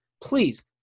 please